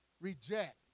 reject